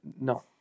No